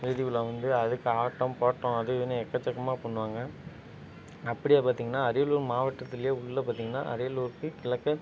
வீதி உலா வந்து அதுக்கு ஆட்டம் பாட்டம் அது இதுன்னு எக்கச்சக்கமாக பண்ணுவாங்க அப்படியே பார்த்திங்கன்னா அரியலூர் மாவட்டத்துல உள்ள பார்த்திங்கன்னா அரியலூருக்கு கிழக்க